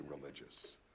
religious